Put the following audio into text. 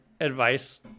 advice